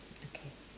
okay